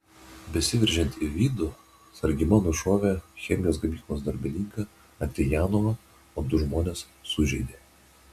besiveržiant į vidų sargyba nušovė chemijos gamyklos darbininką andrijanovą o du žmones sužeidė